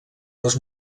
les